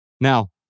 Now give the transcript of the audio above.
Now